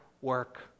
work